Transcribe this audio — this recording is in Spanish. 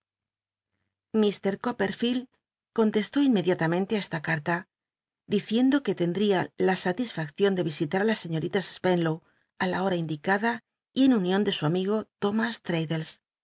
iir coppcrfield contestó inmediatamente l esta biblioteca nacional de españa e u la david copperfield diciendo que lendl ia in salisfaccion de visitat i las sciíorilas spcnlow ü la hora indicada y en un ion de su amigo